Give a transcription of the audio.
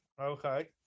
Okay